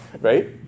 right